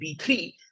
B3